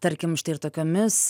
tarkim štai ir tokiomis